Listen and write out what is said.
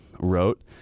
wrote